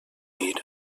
dir